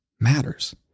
matters